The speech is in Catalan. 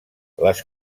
les